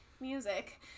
music